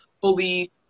fully